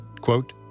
quote